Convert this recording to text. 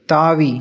தாவி